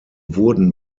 wurden